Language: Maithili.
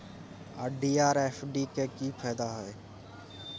आर.डी आर एफ.डी के की फायदा हय?